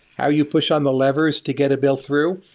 how you push on the levers to get a bill through,